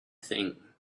thing